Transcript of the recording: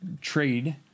trade